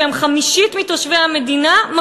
שהם חמישית מתושבי המדינה,